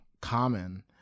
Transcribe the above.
common